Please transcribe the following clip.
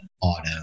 auto